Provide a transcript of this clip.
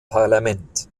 parlament